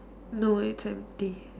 no it's empty